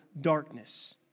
darkness